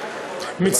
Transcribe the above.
בבקשה, אדוני.